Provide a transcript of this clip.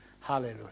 Hallelujah